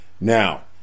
Now